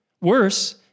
worse